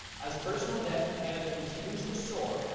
as personal debt in canada continues to soar,